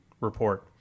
report